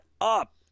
up